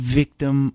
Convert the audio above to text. victim